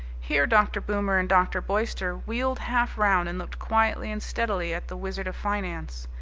here dr. boomer and dr. boyster wheeled half round and looked quietly and steadily at the wizard of finance.